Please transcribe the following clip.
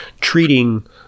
treating